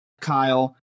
kyle